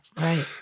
Right